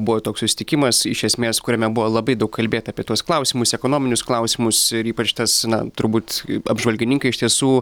buvo toks susitikimas iš esmės kuriame buvo labai daug kalbėta apie tuos klausimus ekonominius klausimus ir ypač tas na turbūt apžvalgininkai iš tiesų